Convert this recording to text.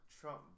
Trump